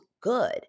good